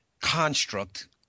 construct